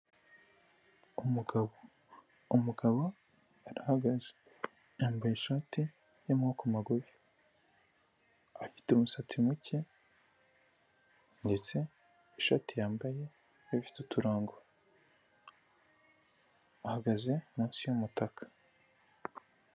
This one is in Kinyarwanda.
Umugabo umuga arahagaze yambaye ishati y'amaboko magufi, afite umusatsi muke ndetse ishati yambaye nayo ifite uturango ahagaze munsi y'umutaka.